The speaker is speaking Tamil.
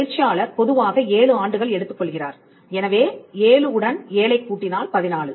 பயிற்சியாளர் பொதுவாக ஏழு ஆண்டுகள் எடுத்துக் கொள்கிறார் எனவே 7 உடன் 7 ஐ க் கூட்டினால் 14